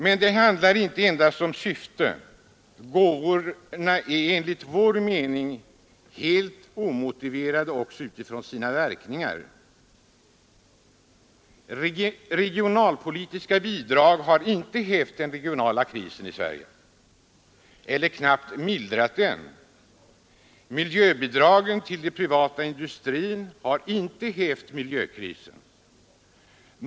Men det handlar inte bara om syftet; gåvorna är enligt vår mening helt omotiverade också utifrån sina verkningar. Regionalpolitiska bidrag har inte hävt den regionala krisen i Sverige eller ens mildrat den. Miljöbidrag till den privata industrin har inte hävt miljökrisen.